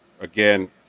again